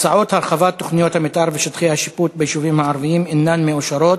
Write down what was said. הצעות הרחבת תוכניות המתאר ושטחי השיפוט ביישובים הערביים אינן מאושרות,